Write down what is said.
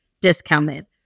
discounted